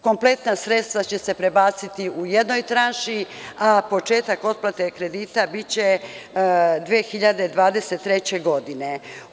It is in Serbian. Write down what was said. Kompletna sredstva će se prebaciti u jednoj tranši, a početak otplate kredita biće 2023. godina.